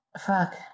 Fuck